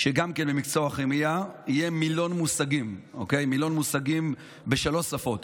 שגם במקצוע הכימיה יהיה מילון מושגים בשלוש שפות,